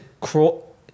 crawl